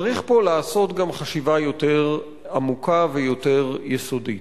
צריך לעשות פה גם חשיבה יותר עמוקה ויותר יסודית.